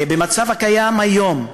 במצב הקיים היום,